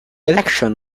election